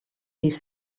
his